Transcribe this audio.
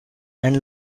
and